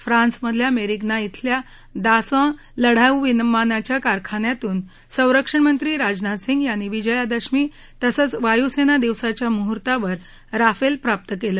फ्रांसमधल्या मेरीग्ना श्विल्या दासॉ लढाऊ विमानाच्या कारखान्यातून संरक्षणमंत्री राजनाथ सिंह यांनी विजयादशमी तसंच वायूसेना दिवसाच्या मुहूर्तावर राफेल प्राप्त केलं